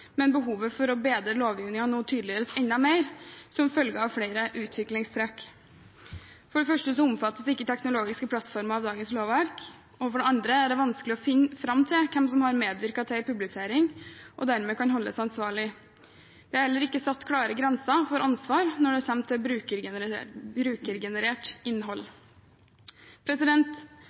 behovet for å bedre lovgivningen tydeliggjøres nå enda mer, som følge av flere utviklingstrekk. For det første omfattes ikke teknologiske plattformer av dagens lovverk, og for det andre er det vanskelig å finne fram til hvem som har medvirket til publisering, og dermed kan holdes ansvarlig. Det er heller ikke satt klare grenser for ansvar når det kommer til brukergenerert innhold.